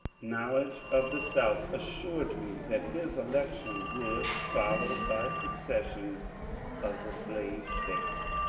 knowledge of the south assured me that his election would followed by secession of the slave states.